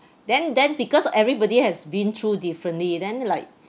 then then because everybody has been through differently then like